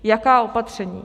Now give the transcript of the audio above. Jaká opatření?